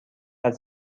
حدس